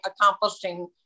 accomplishing